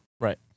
Right